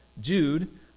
Jude